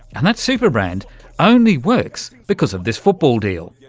and that super brand only works because of this football deal.